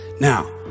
Now